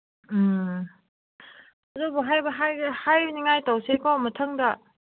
ꯎꯝ ꯑꯗꯨꯕꯨ ꯍꯥꯏꯕ ꯍꯥꯏꯅꯤꯉꯥꯏ ꯇꯧꯁꯤꯀꯣ ꯃꯊꯪꯗ